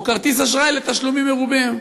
או כרטיס אשראי לתשלומים מרובים.